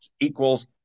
equals